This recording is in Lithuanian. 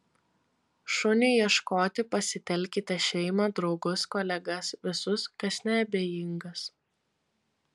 šuniui ieškoti pasitelkite šeimą draugus kolegas visus kas neabejingas